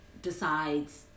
decides